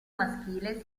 maschile